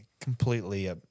completely